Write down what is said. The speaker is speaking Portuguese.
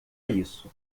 isso